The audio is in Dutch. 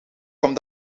kom